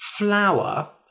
Flour